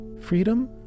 Freedom